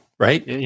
Right